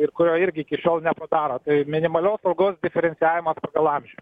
ir kurio irgi iki šiol nepadaro tai minimalios algos diferencijavimas pagal amžių